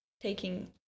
taking